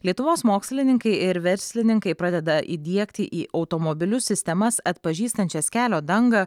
lietuvos mokslininkai ir verslininkai pradeda įdiegti į automobilius sistemas atpažįstančias kelio dangą